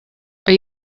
are